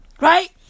Right